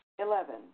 Eleven